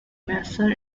mason